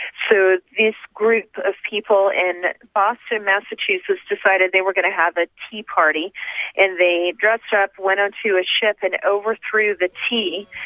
so this group of people in boston, massachusetts, decided they were going to have a tea party and they dressed up, went onto a ship, and overthrew the tea.